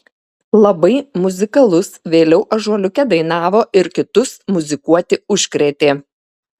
labai muzikalus vėliau ąžuoliuke dainavo ir kitus muzikuoti užkrėtė